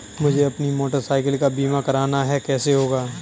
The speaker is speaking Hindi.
मुझे अपनी मोटर साइकिल का बीमा करना है कैसे होगा?